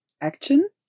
action